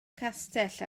castell